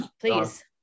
Please